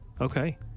Okay